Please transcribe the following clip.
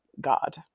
God